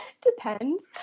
Depends